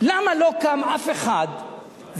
למה לא קם אף אחד והציע,